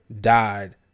died